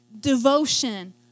devotion